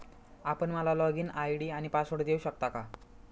आपण मला login ID आणि पासवर्ड देऊ शकता का?